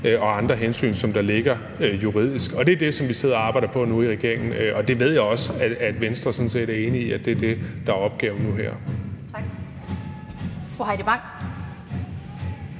og andre hensyn, som der ligger juridisk. Og det er det, som vi sidder og arbejder på nu i regeringen. Og jeg ved også, at Venstre sådan set er enige i, at det er det, der er opgaven nu her. Kl. 15:42 Den fg.